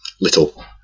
little